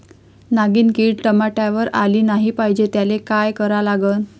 नागिन किड टमाट्यावर आली नाही पाहिजे त्याले काय करा लागन?